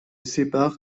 séparent